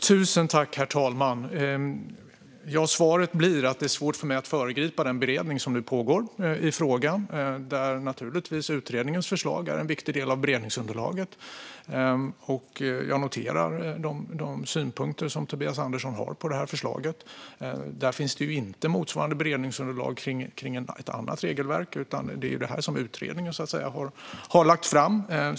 Herr talman! Svaret blir att det är svårt för mig att föregripa den beredning som nu pågår i frågan, där utredningens förslag naturligtvis är en viktig del av beredningsunderlaget. Jag noterar de synpunkter som Tobias Andersson har på detta förslag. Där finns det inte motsvarande beredningsunderlag kring ett annat regelverk, utan det är detta som utredningen har lagt fram.